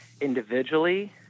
individually